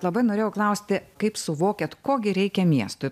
labai norėjau klausti kaip suvokiat ko gi reikia miestui